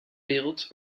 wereld